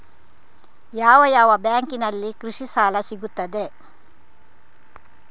ಯಾವ ಯಾವ ಬ್ಯಾಂಕಿನಲ್ಲಿ ಕೃಷಿ ಸಾಲ ಸಿಗುತ್ತದೆ?